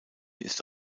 ist